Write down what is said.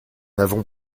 avons